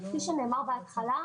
כפי שנאמר בהתחלה,